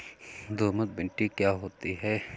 दोमट मिट्टी क्या होती हैं?